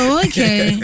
okay